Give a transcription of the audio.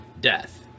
death